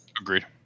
Agreed